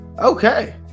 okay